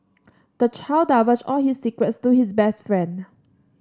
the child divulged all his secrets to his best friend